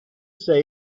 say